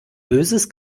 böses